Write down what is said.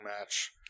match